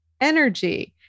energy